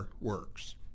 works